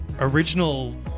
original